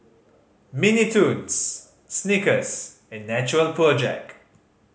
Mini Toons Snickers and Natural Project